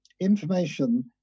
information